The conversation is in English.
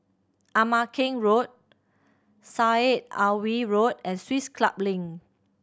Ama Keng Road Syed Alwi Road and Swiss Club Link